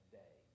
day